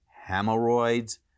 hemorrhoids